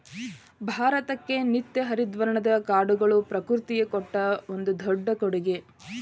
ಭಾರತಕ್ಕೆ ನಿತ್ಯ ಹರಿದ್ವರ್ಣದ ಕಾಡುಗಳು ಪ್ರಕೃತಿ ಕೊಟ್ಟ ಒಂದು ದೊಡ್ಡ ಕೊಡುಗೆ